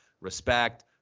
respect